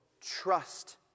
trust